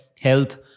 health